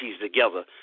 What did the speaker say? together